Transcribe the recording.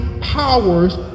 powers